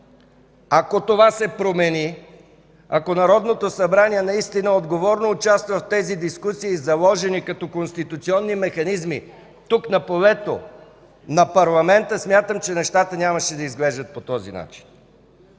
Ако това се промени, ако Народното събрание наистина отговорно участва в тези дискусии, заложени като конституционни механизми тук, на полето на парламента, смятам, че нещата нямаше да изглеждат по този начин.